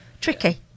tricky